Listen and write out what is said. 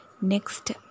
next